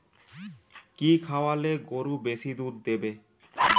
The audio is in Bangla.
কি খাওয়ালে গরু বেশি দুধ দেবে?